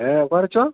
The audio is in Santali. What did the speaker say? ᱦᱮᱸ ᱚᱠᱟ ᱨᱮᱪᱚᱝ